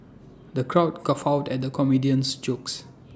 the crowd guffawed at the comedian's jokes